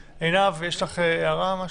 עינב, יש לך הערה או משהו?